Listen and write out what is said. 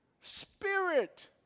spirit